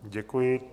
Děkuji.